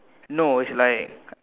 no it's like